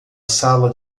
sala